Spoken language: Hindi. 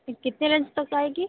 यह कितने रेंज तक आएगी